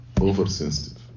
oversensitive